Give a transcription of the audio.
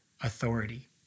authority